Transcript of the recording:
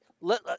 let